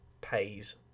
pays